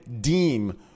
deem